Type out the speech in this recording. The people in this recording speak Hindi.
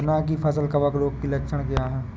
चना की फसल कवक रोग के लक्षण क्या है?